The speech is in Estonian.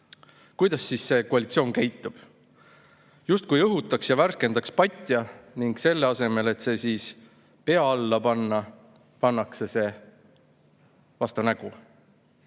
Kuidas koalitsioon käitub? Justkui õhutaks ja värskendaks patja, aga selle asemel, et see siis pea alla panna, pannakse see vastu nägu,